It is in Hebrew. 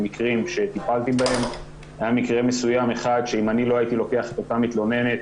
אני מקבל את המקרים על מאמן ילדים בכדור-סל שאימן ילד בכיתה ו',